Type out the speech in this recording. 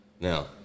Now